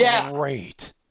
great